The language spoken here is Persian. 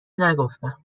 نگفتم